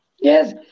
Yes